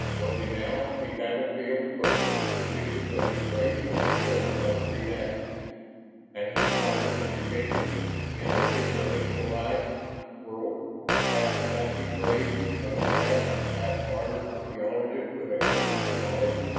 was he now a battlefield for the superstitions of his race reborn by the redax and his modern education in the pinda-lick-o-yi world half apache brave of the past, half modern archaeologist with a thirst for knowledge?